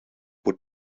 would